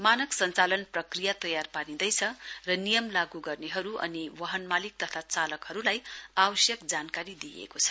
मानक सञ्चालन प्रक्रिया तयार पारिंदैछ र नियम लागू गर्नेहरू अनि वाहन मालिक तथा चालकहरूलाई आवश्यक जानकारी दिइएको छ